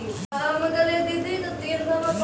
Tractor के सहयोगी खेती लेली कोन कोन यंत्र छेकै?